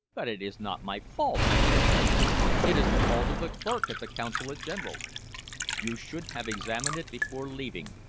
but it is not my fault, i protested it is the fault of the clerk at the consulate-general. you should have examined it before leaving.